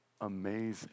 amazing